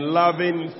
loving